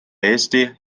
eesti